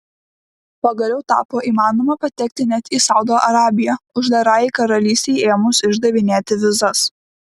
pagaliau tapo įmanoma patekti net į saudo arabiją uždarajai karalystei ėmus išdavinėti vizas